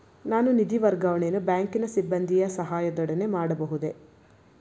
ನಾನು ನಿಧಿ ವರ್ಗಾವಣೆಯನ್ನು ಬ್ಯಾಂಕಿನ ಸಿಬ್ಬಂದಿಯ ಸಹಾಯದೊಡನೆ ಮಾಡಬಹುದೇ?